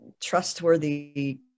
trustworthy